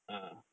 ah